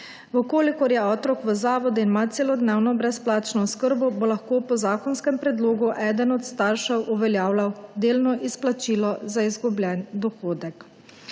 V kolikor je otrok v zavodu in ima celodnevno brezplačno oskrbo, bo lahko po zakonskem predlogu eden od staršev uveljavljal delno izplačilo za izgubljen dohodek.